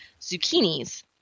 zucchinis